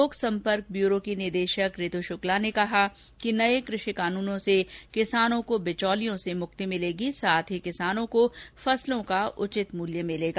लोकसम्पर्क bureau की निदेशक ऋतु शुक्ला ने कहा कि नये कृषि कानूनों से किसानों को बिचौलियों से मुक्ति मिलेगी साथ ही किसानों को फसलों का उचित मूल्य मिलेगा